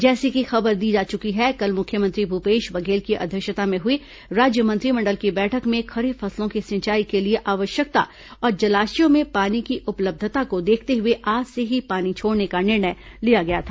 जैसी की खबर दी जा चुकी है कल मुख्यमंत्री भूपेश बघेल की अध्यक्षता में हुई राज्य मंत्रिमंडल की बैठक में खरीफ फसलों की सिंचाई के लिए आवश्यकता और जलाशयों में पानी की उपलब्धता को देखते हुए आज से ही पानी छोड़ने का निर्णय लिया गया था